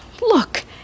Look